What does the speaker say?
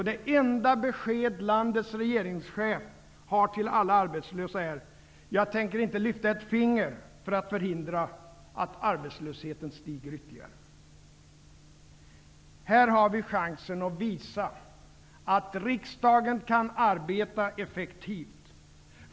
Det enda besked landets regeringschef har till alla arbetslösa är: jag tänker inte lyfta ett finger för att förhindra att arbetslösheten stiger ytterligare. Här har vi chansen att visa att riksdagen kan arbeta effektivt.